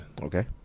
Okay